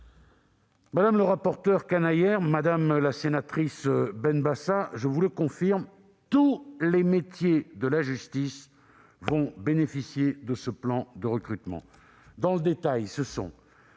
Madame le rapporteur pour avis Canayer, madame la sénatrice Benbassa, je vous le confirme, tous les métiers de la justice bénéficieront de ce plan de recrutement. Dans le détail, ce sont